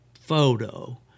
photo